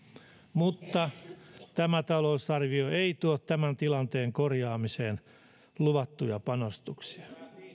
mutta tämä talousarvio ei tuo tämän tilanteen korjaamiseen luvattuja panostuksia